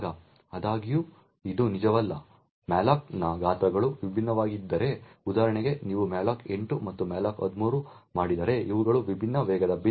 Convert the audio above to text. ಆದಾಗ್ಯೂ ಇದು ನಿಜವಲ್ಲ malloc ನ ಗಾತ್ರಗಳು ವಿಭಿನ್ನವಾಗಿದ್ದರೆ ಉದಾಹರಣೆಗೆ ನೀವು malloc 8 ಮತ್ತು malloc 13 ಮಾಡಿದರೆ ಇವುಗಳು ವಿಭಿನ್ನ ವೇಗದ ಬಿನ್ ನಮೂದುಗಳಲ್ಲಿ ಬೀಳುತ್ತವೆ